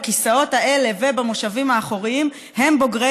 בכיסאות האלה ובמושבים האחוריים הם בוגרי